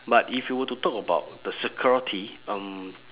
but if you were to talk about the security um